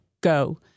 go